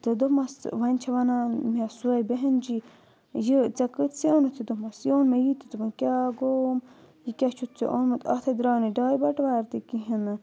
تہٕ دوٚپمَس وۄنۍ چھِ وَنان مےٚ سُے بؠہن جی یہِ ژےٚ کۭتی سٕے اوٚنُتھ یہِ دوٚپمَس یہِ اوٚن مےٚ یہِ تہِ دوٚپُن کیٛاہ گوٚوم یہِ کیٛاہ چھُتھ ژےٚ اوٚنمُت اَتھ نےٚ درٛاو نہٕ ڈاےٚ بَٹٕوار تہِ کِہیٖنۍ نہٕ